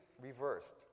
reversed